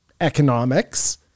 economics